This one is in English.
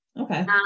okay